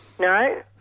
No